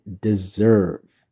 deserve